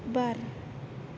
बार